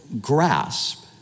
grasp